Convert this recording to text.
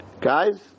Guys